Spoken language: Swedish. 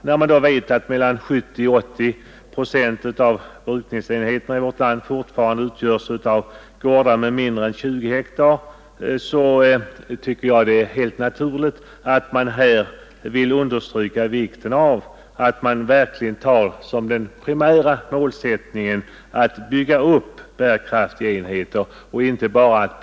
När man då vet att 70—80 procent av brukningsenheterna i vårt land fortfarande utgörs av gårdar med mindre än 20 hektar är det helt naturligt att understryka vikten av att man tar som den primära målsättningen att av dessa mindre enheter successivt bygga upp bärkraftiga jordbruksföretag.